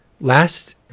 last